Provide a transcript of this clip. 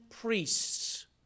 priests